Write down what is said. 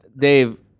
Dave